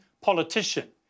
politician